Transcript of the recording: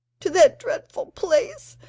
to that dreadful place,